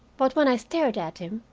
but when i stared at him,